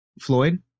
floyd